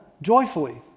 Joyfully